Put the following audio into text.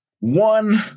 one